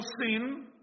sin